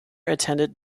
attended